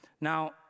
Now